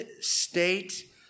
state